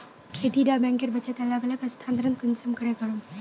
खेती डा बैंकेर बचत अलग अलग स्थानंतरण कुंसम करे करूम?